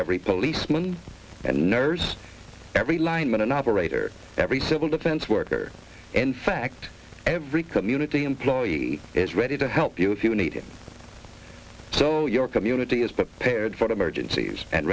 every policeman and nurse every lineman and operator every civil defense worker in fact every community employee is ready to help you if you need it so your community is